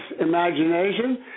imagination